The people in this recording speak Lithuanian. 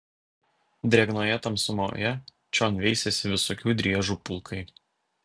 drėgnoje tamsumoje čion veisėsi visokių driežų pulkai